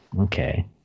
Okay